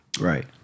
Right